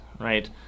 right